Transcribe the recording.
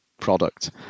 product